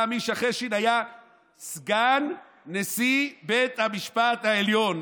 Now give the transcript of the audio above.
מישה חשין היה סגן נשיא בית המשפט העליון,